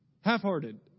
half-hearted